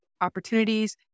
opportunities